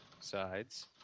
sides